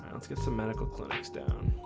let's get some medical clothes down